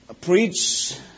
preach